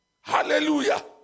Hallelujah